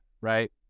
Right